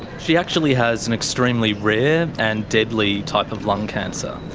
she actually has an extremely rare and deadly type of lung cancer.